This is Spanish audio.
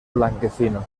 blanquecino